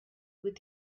with